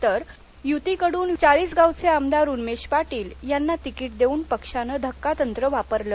तर युतीकडून चाळीसगावचे आमदारचे उन्मेष पाटील यांना तिकीट देऊन पक्षानं धक्कातंत्र वापरलं